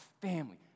family